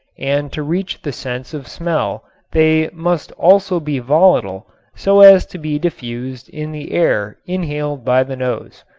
and to reach the sense of smell they must also be volatile so as to be diffused in the air inhaled by the nose.